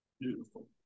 Beautiful